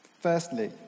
Firstly